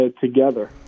together